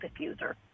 diffuser